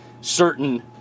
certain